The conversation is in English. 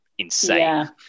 insane